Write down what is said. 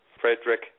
Frederick